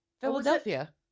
Philadelphia